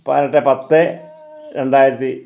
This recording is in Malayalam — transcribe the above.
പതിനെട്ട് പത്ത് രണ്ടായിരത്തി